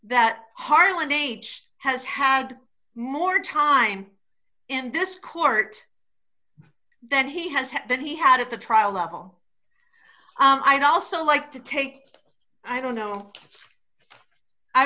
that harlan age has had more time in this court that he has that he had at the trial level i also like to take i don't know i